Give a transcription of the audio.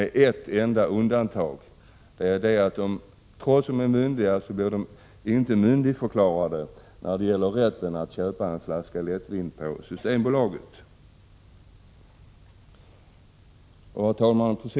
Det enda undantaget är alltså att de inte förklaras myndiga när det gäller rätten att köpa en flaska lättvin på Systembolaget. Herr talman!